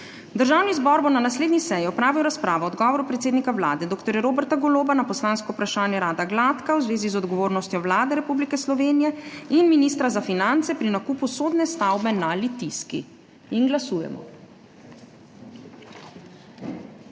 Državni zbor bo na naslednji seji opravil razpravo o odgovoru predsednika Vlade dr. Roberta Goloba na poslansko vprašanje Rada Gladka v zvezi z odgovornostjo Vlade Republike Slovenije in ministra za finance pri nakupu sodne stavbe na Litijski. Glasujemo.